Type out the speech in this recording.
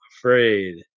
afraid